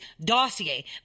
dossier